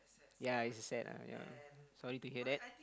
ya it's a sad uh yeah sorry to hear that